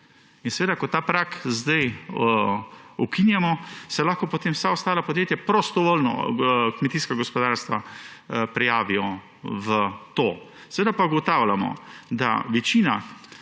In seveda, ko ta prag ukinjamo, se lahko potem vsa ostala podjetja prostovoljno – kmetijska gospodarstva – prijavijo v to. Seveda pa ugotavljamo, da večina